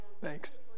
thanks